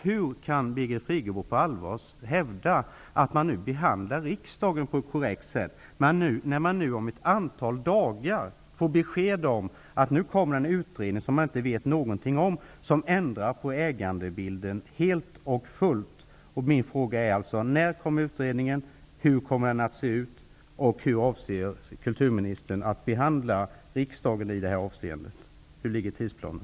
Hur kan Birgit Friggebo på allvar hävda att man behandlar riksdagen på ett korrekt sätt, när vi om ett antal dagar får besked om att det nu kommer att tillsättas en utredning, som vi inte vet någonting om men som kommer att ändra ägarbilden helt och fullt? När kommer utredningen? Hur kommer den att se ut? Hur avser kulturministern att behandla riksdagen i det avseendet? Hur ligger tidsplanen?